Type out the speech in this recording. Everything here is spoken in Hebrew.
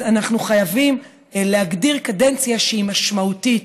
אנחנו חייבים להגדיר קדנציה שהיא משמעותית.